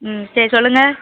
ம் சரி சொல்லுங்கள்